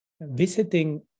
visiting